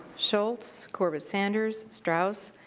schultz, corbett sanders, strauss,